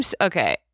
okay